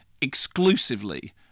exclusively